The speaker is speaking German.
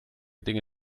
dinge